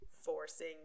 forcing